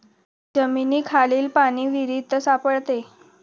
जमिनीखालील पाणी विहिरीत सापडते